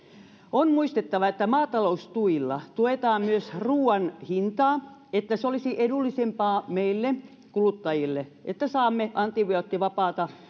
on muistettava että maataloustuilla tuetaan myös ruoan hintaa että se olisi edullisempaa meille kuluttajille että saamme antibioottivapaata